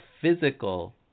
physical